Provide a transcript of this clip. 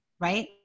right